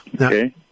Okay